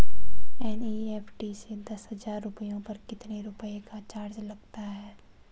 NEFT से दस हजार रुपयों पर कितने रुपए का चार्ज लगता है?